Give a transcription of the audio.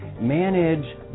manage